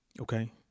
Okay